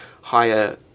higher –